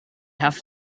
have